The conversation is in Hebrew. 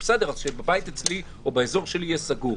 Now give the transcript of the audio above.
בבית שלי או באזור שלי יהיה סגור,